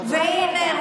והינה,